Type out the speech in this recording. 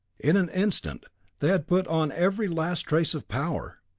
in an instant they had put on every last trace of power,